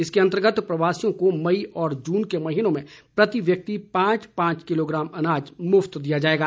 इसके अंतर्गत प्रवासियों को मई और जून के महीनों में प्रति व्यक्ति पांच पांच किलोग्राम अनाज मुफ्त दिया जाएगा